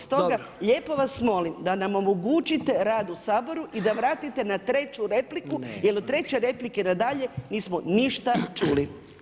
Stoga lijepo vas molim da nam omogućite rad u Saboru i da vratite na treću repliku, jer od treće replike na dalje nismo ništa čuli.